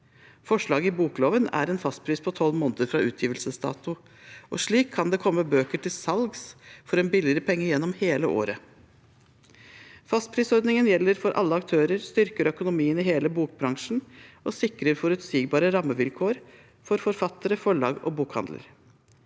Forslaget i bokloven er en fastpris på tolv måneder fra utgivelsesdato. Slik kan det komme bøker til salgs for en billigere penge gjennom hele året. Fastprisordningen gjelder for alle aktører, styrker økonomien i hele bokbransjen og sikrer forutsigbare rammevilkår for forfattere, forlag og bokhandel.